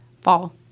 Fall